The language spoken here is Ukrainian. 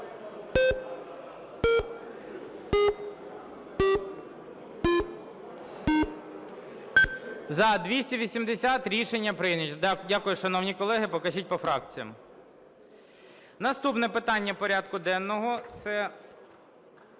За-280 Рішення прийнято. Дякую, шановні колеги. Покажіть по фракціям. Наступне питання порядку денного – це